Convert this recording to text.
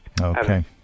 Okay